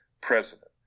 president